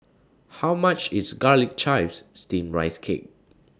How much IS Garlic Chives Steamed Rice Cake